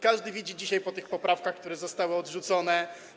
Każdy widzi to dzisiaj, po tych poprawkach, które zostały odrzucone.